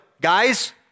guys